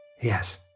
Yes